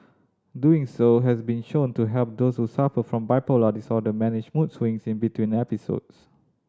doing so has been shown to help those who suffer from bipolar disorder manage mood swings in between episodes